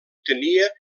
tenia